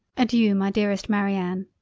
adeiu my dearest marianne.